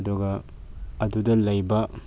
ꯑꯗꯨꯒ ꯑꯗꯨꯗ ꯂꯩꯕ